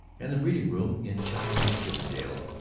and the reading-room in chinese chippendale,